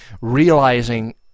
Realizing